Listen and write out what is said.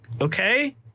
Okay